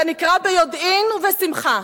אתה נקרע ביודעין ובשמחה